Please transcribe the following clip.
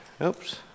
oops